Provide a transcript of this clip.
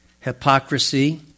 hypocrisy